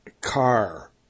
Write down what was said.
car